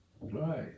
Right